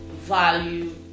value